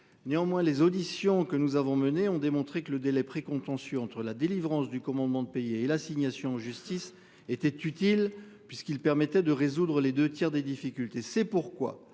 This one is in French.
Néanmoins les auditions que nous avons menées ont démontré que le délai contentieux entre la délivrance du commandement de payer et l'assignation en justice était utile puisqu'il permettait de résoudre les 2 tiers des difficultés.